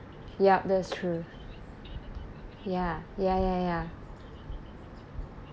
yup that's true ya ya ya ya